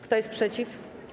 Kto jest przeciw?